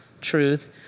truth